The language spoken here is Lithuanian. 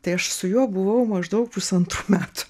tai aš su juo buvau maždaug pusantrų metų